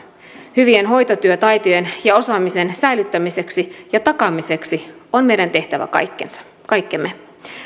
hyvien hoitotyötaitojen ja osaamisen säilyttämiseksi ja takaamiseksi on meidän tehtävä kaikkemme